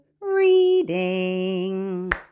reading